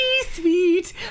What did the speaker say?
sweet